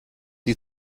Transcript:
die